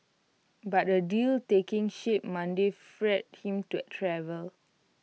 but A deal taking shape Monday freed him to IT travel